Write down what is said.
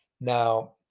Now